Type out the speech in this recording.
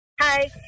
Hi